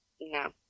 No